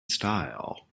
style